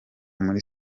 muri